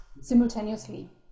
simultaneously